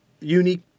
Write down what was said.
unique